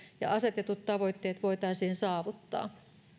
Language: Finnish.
ja asetetut tavoitteet voitaisiin saavuttaa